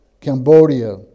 Cambodia